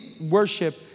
worship